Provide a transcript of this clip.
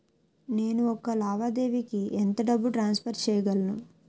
నేను ఒక లావాదేవీకి ఎంత డబ్బు ట్రాన్సఫర్ చేయగలను?